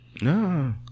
No